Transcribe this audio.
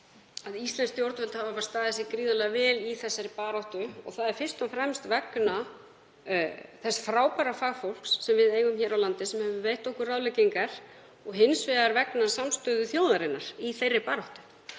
að íslensk stjórnvöld hafa staðið sig gríðarlega vel í þessari baráttu og það er fyrst og fremst vegna þess frábæra fagfólks sem við eigum hér á landi sem hefur veitt okkur ráðleggingar og hins vegar vegna samstöðu þjóðarinnar í þeirri baráttu.